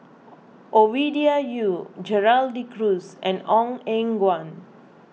Ovidia Yu Gerald De Cruz and Ong Eng Guan